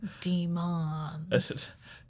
demons